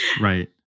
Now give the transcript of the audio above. Right